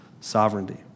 sovereignty